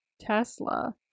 Tesla